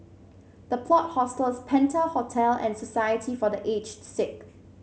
The Plot Hostels Penta Hotel and Society for The Aged Sick